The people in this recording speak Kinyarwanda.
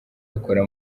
bakora